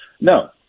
No